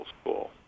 school